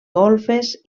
golfes